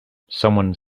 someone